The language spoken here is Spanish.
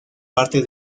parte